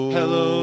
Hello